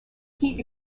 heat